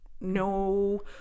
no